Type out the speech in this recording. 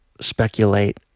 speculate